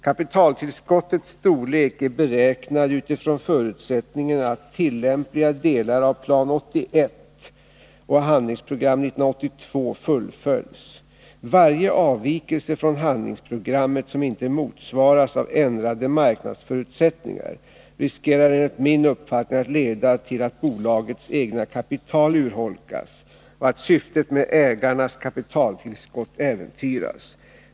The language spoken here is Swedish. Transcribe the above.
Kapitaltillskottets storlek är beräknad utifrån förutsättningen att tillämpliga delar av Plan 81 och Handlingsprogram 82 fullföljs. Varje avvikelse från handlingsprogrammet som inte motsvaras av ändrade marknadsförutsättningar riskerar enligt min uppfattning att leda till att bolagets egna kapital urholkas och att syftet med ägarnas kapitaltillskott äventyras.